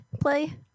play